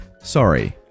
Sorry